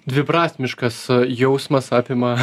dviprasmiškas jausmas apima